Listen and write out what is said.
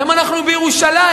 היום אנחנו בירושלים.